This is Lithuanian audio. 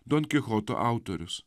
don kichoto autorius